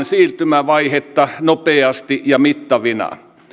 siirtymävaihetta nopeasti ja mittavina